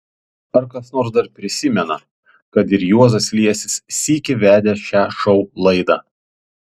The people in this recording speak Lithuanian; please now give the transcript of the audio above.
ar kas nors dar prisimena kad ir juozas liesis sykį vedė šią šou laidą